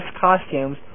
costumes